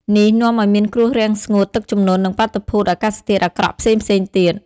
នេះនាំឱ្យមានគ្រោះរាំងស្ងួត ទឹកជំនន់ និងបាតុភូតអាកាសធាតុអាក្រក់ផ្សេងៗទៀត។